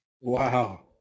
wow